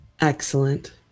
Excellent